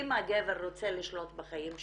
אם הגבר רוצה לשלוט בחיים שלה,